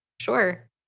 Sure